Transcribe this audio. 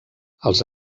els